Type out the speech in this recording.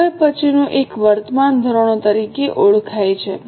હવે પછીનું એક વર્તમાન ધોરણો તરીકે ઓળખાય છે